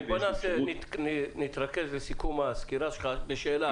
חיים, בוא נתרכז בסיכום הסקירה שלך בשאלה.